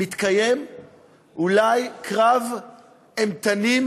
מתקיים אולי קרב אימתני,